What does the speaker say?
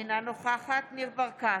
אינה נוכחת ניר ברקת,